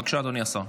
בבקשה, אדוני השר.